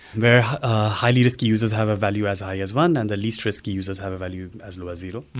where highly risk users have a value as high as one and the least risky users have a value as low as zero.